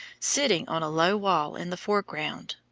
sitting on a low wall in the foreground,